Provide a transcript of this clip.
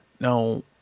Now